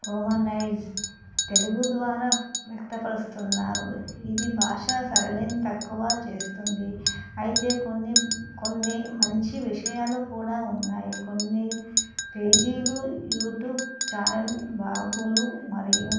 Romanised Telugu ద్వారా వ్యక్తపరుస్తున్నారు ఇది భాష సరళిని తక్కువ చేస్తుంది అయితే కొన్ని కొన్ని మంచి విషయాలు కూడా ఉన్నాయి కొన్ని పేజీలు యూట్యూబ్ ఛానల్ బ్లాగులు మరియు